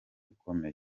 ukomeye